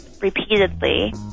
repeatedly